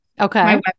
Okay